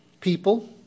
people